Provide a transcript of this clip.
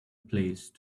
place